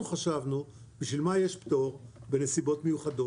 חשבנו: בשביל מה יש פטור בנסיבות מיוחדות?